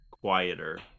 quieter